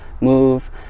move